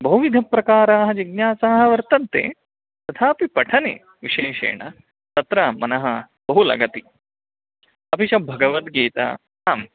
बहुविधप्रकाराः जिज्ञासाः वर्तन्ते तथापि पठने विशेषेण तत्र मनः बहु लगति अपि च भगवद्गीता आं